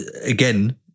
again